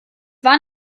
war